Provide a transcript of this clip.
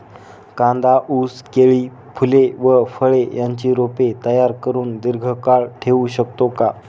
कांदा, ऊस, केळी, फूले व फळे यांची रोपे तयार करुन दिर्घकाळ ठेवू शकतो का?